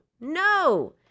No